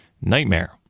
nightmare